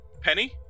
Penny